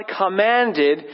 commanded